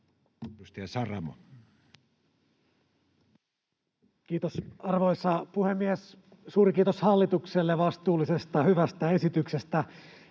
Kiitos, arvoisa puhemies! Suuri kiitos hallitukselle vastuullisesta, hyvästä esityksestä.